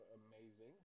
amazing